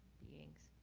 beings.